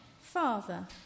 Father